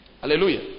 Hallelujah